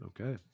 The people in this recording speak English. Okay